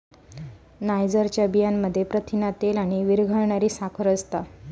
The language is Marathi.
नायजरच्या बियांमध्ये प्रथिना, तेल आणि विरघळणारी साखर असता